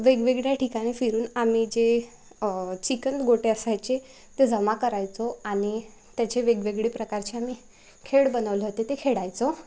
वेगवेगळ्या ठिकाणी फिरून आम्ही जे चिखल गोटे असायचे ते जमा करायचो आणि त्याचे वेगवेगळे प्रकारचे आम्ही खेळ बनवले होते ते खेळायचो